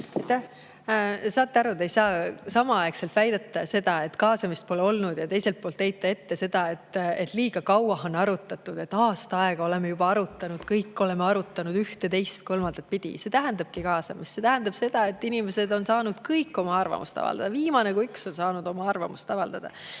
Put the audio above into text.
Saate aru, te ei saa samaaegselt väita seda, et kaasamist pole olnud, ja teiselt poolt heita ette seda, et liiga kaua on arutatud, et aasta aega oleme juba arutanud. Oleme kõik arutanud seda ühte, teist ja kolmandat pidi. See tähendabki kaasamist. See tähendab seda, et inimesed on saanud oma arvamust avaldada. Viimane kui üks on saanud oma arvamust avaldada.